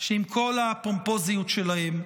שעם כל הפומפוזיות שלהם,